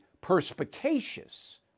perspicacious